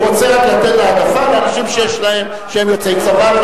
הוא רוצה רק לתת העדפה לאנשים שהם יוצאי צבא,